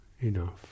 enough